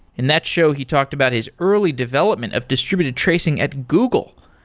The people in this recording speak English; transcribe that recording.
in that show he talked about his early development of distributed tracing at google.